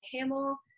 Hamill